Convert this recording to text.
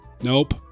Nope